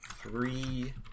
three